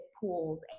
pools